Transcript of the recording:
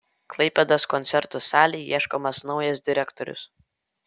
klaipėdos koncertų salei ieškomas naujas direktorius